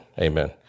amen